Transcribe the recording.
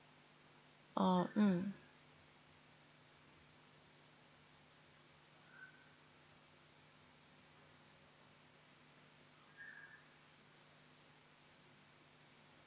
oh mm